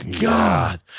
God